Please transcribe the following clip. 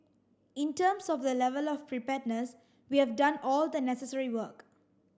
in terms of the level of preparedness we have done all the necessary work